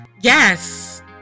Yes